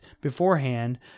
beforehand